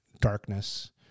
darkness